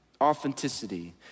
Authenticity